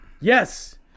Yes